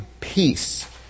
peace